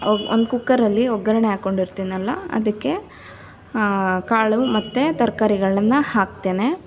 ಒಂದು ಕುಕ್ಕರಲ್ಲಿ ಒಗ್ಗರಣೆ ಹಾಕೊಂಡಿರ್ತೀನಲ್ಲ ಅದಕ್ಕೆ ಕಾಳು ಮತ್ತೆ ತರ್ಕಾರಿಗಳನ್ನು ಹಾಕ್ತೇನೆ